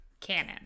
canon